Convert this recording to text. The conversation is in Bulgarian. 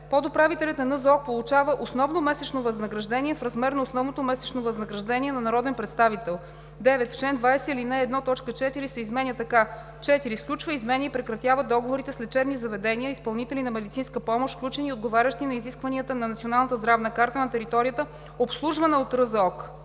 Подуправителят на НЗОК получава основно месечно възнаграждение в размер на основното месечно възнаграждение на народен представител.“ 9. В чл. 20, ал. 1, т. 4 се изменя така: „4. сключва, изменя и прекратява договорите с лечебни заведения, изпълнители на медицинска помощ, включени и отговарящи на изискванията на Националната здравна карта на територията, обслужвана от РЗОК,